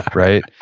right?